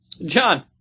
John